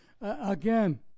again